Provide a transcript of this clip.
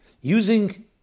Using